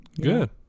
Good